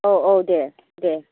औ औ दे दे